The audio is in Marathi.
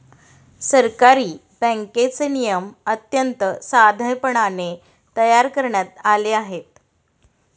सहकारी बँकेचे नियम अत्यंत साधेपणाने तयार करण्यात आले आहेत